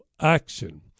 action